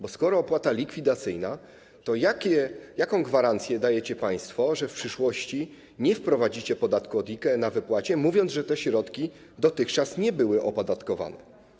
Bo skoro to opłata likwidacyjna, to jaką gwarancję dajecie państwo, że w przyszłości nie wprowadzicie podatku od IKE przy wypłacie, mówiąc, że te środki dotychczas nie były opodatkowane.